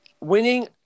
Winning